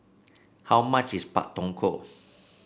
how much is Pak Thong Ko